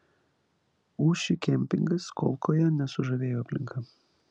ūši kempingas kolkoje nesužavėjo aplinka